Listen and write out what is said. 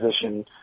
position